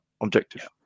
objective